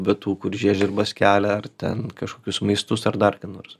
bet tų kur žiežirbas skelia ar ten kažkokius maistus ar dar ką nors